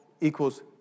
equals